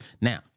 Now